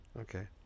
Okay